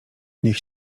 niech